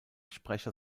sprecher